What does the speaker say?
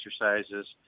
exercises